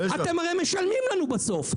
אתם הרי משלמים לנו בסוף.